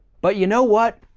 but you know what?